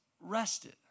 rested